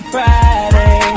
Friday